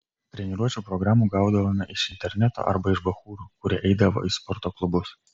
treniruočių programų gaudavome iš interneto arba iš bachūrų kurie eidavo į sporto klubus